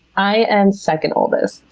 i am second oldest.